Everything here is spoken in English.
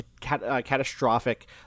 catastrophic